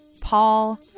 Paul